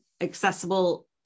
accessible